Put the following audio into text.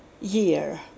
year